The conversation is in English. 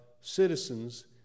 citizens